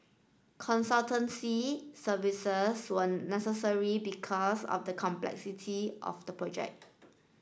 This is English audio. consultancy services were necessary because of the complexity of the project